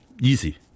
Easy